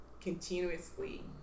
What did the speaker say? continuously